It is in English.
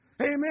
Amen